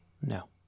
No